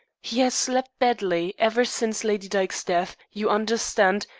he has slept badly ever since lady dyke's death, you understand,